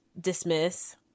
dismiss